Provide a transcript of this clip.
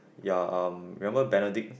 ya um remember Benedict